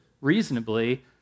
reasonably